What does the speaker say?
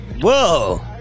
Whoa